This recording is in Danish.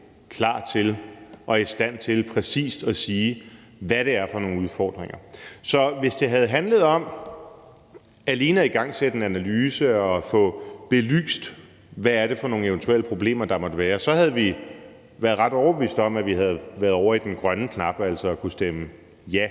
klart og præcist at kunne sige, hvad det er for nogle udfordringer. Så hvis det alene havde handlet om at igangsætte en analyse og få belyst, hvilke eventuelle problemer der måtte være, så havde vi været ret overbevist om, at vi havde været ovre ved den grønne knap og altså havde kunnet stemme ja.